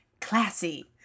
Classy